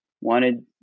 wanted